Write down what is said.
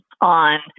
on